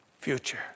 future